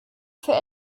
für